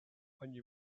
ogni